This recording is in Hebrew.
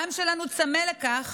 העם שלנו צמא לכך